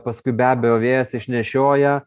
paskui be abejo vėjas išnešioja